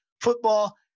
football